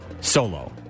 solo